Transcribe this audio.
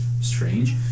strange